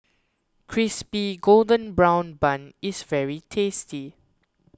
Crispy Golden Brown Bun is very tasty